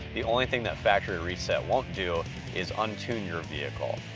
the only thing that factory reset won't do is untune your vehicle.